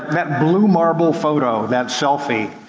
that blue marble photo, that selfie,